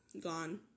gone